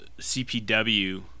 CPW